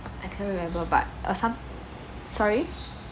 I couldn't remember but uh some sorry